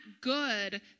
good